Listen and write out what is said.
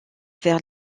vers